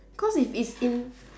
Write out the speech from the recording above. cause if it's in